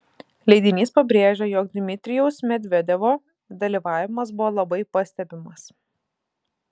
leidinys pabrėžia jog dmitrijaus medvedevo dalyvavimas buvo labai pastebimas